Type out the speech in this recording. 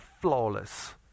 flawless